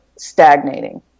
stagnating